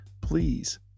please